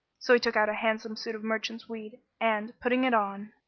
so he took out a handsome suit of merchant's weed, and, putting it on,